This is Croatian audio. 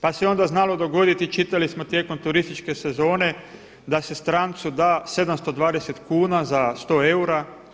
Pa se onda znalo dogoditi, čitali smo tijekom turističke sezone da se strancu da 720 kuna za 100 eura.